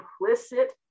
implicit